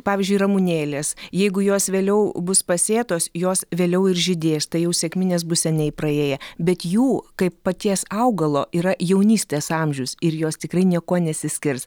pavyzdžiui ramunėlės jeigu jos vėliau bus pasėtos jos vėliau ir žydės tai jau sekminės bus seniai praėję bet jų kaip paties augalo yra jaunystės amžius ir jos tikrai niekuo nesiskirs